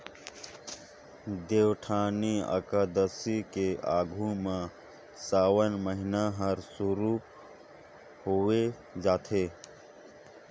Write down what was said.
देवउठनी अकादसी के आघू में सावन महिना हर सुरु होवे जाथे